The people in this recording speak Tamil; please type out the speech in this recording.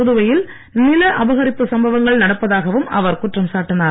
புதுவையில் நில அபகரிப்பு சம்பவங்கள் நடப்பதாகவும் அவர் குற்றம் சாட்டினார்